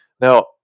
Now